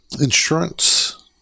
insurance